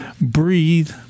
breathe